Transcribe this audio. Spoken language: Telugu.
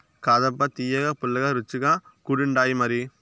కాదబ్బా తియ్యగా, పుల్లగా, రుచిగా కూడుండాయిమరి